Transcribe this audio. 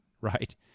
right